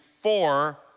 four